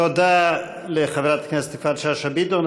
תודה לחברת הכנסת יפעת שאשא ביטון.